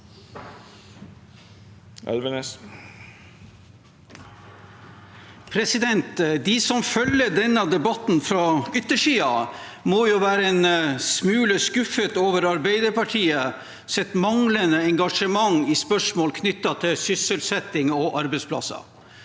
De som følger denne debatten fra yttersiden, må være en smule skuffet over Arbeiderpartiets manglende engasjement i spørsmål knyttet til sysselsetting og arbeidsplasser.